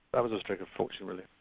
that was a stroke of fortune really.